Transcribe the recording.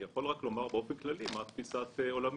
אני יכול רק לומר באופן כללי מה תפיסת עולמי.